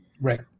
Right